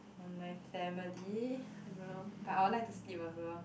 my family I don't know but I will like to sleep also